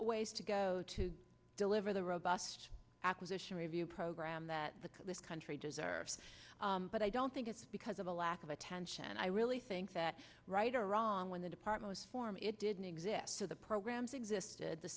ways to go to deliver the robust acquisition review program that the country deserves but i don't think it's because of a lack of attention and i really think that right or wrong when the department of form it didn't exist so the programs existed the